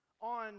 on